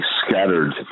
scattered